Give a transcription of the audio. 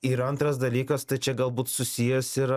ir antras dalykas tai čia galbūt susijęs yra